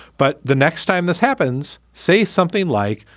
but the next time this happens, say something like,